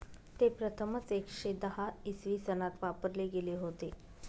ते प्रथमच एकशे दहा इसवी सनात वापरले गेले होते